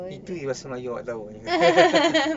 itu jer bahasa melayu yang awak tahu